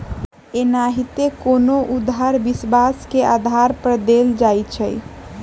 एनाहिते कोनो उधार विश्वास के आधार पर देल जाइ छइ